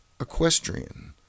equestrian